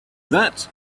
that